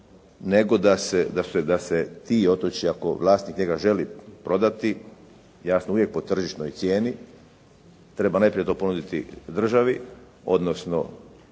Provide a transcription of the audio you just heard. nego da se ti, otočje, ako vlasnik njega želi prodati jasno uvijek po tržišnoj cijeni treba najprije to ponuditi državi, odnosno